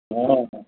हँ